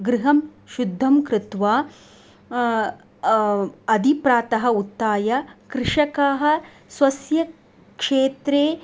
गृहं शुद्धं कृत्वा अधिप्रातः उत्थाय कृषकाः स्वस्य क्षेत्रे